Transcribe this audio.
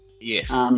Yes